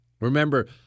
Remember